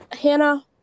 Hannah